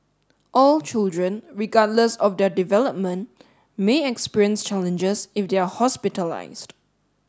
all children regardless of their development may experience challenges if they are hospitalised